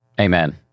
Amen